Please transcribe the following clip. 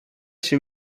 się